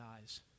eyes